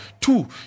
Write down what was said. Two